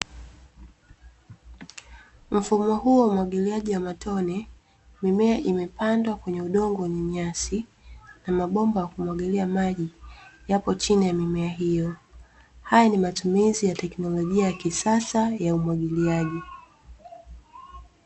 Mfumo huo wa umwagiliaji wa matonye, mimea imepandwa kwenye udongo wenye nyasi na mabomba ya kumwagilia maji yapo chini ya mimea hiyo, haya ni matumizi ya teknolojia ya kisasa ya umwagiliaji.